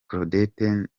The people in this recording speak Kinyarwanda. claudette